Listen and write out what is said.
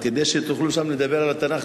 כדי שתוכלו שם לדבר על התנ"ך,